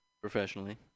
Professionally